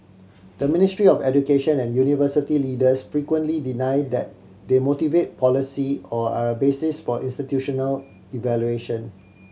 the Ministry of Education and university leaders frequently deny that they motivate policy or are a basis for institutional evaluation